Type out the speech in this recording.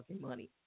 money